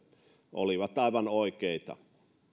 olivat aivan oikeita